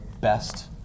best